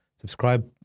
subscribe